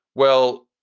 well,